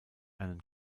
einen